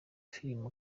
filime